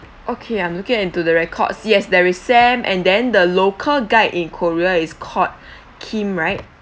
okay I'm looking into the records yes there is sam and then the local guide in korea is called kim right